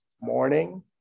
morning